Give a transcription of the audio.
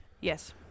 Yes